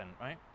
right